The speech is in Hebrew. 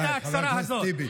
על ההצהרה הזאת.